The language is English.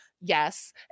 yes